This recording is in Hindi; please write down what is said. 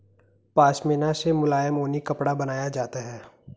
पशमीना से मुलायम ऊनी कपड़ा बनाया जाता है